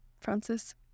Francis